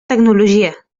tecnologia